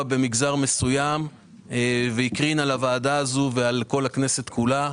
במגזר מסוים והוא הקרין על הוועדה הזאת ועל הכנסת כולה.